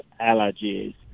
allergies